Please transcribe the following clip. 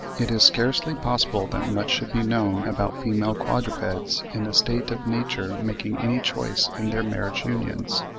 it is scarcely possible that much should be known about female quadrupeds in a state of nature making any choice in their marriage unions.